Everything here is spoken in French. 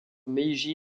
meiji